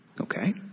Okay